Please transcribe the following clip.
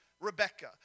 Rebecca